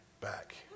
back